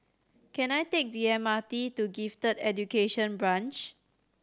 can I take the M R T to Gifted Education Branch